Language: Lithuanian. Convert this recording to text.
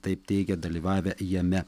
taip teigė dalyvavę jame